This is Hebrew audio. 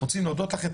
רוצים להודות לכם,